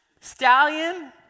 Stallion